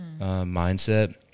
mindset